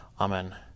Amen